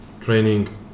training